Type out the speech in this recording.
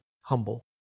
humble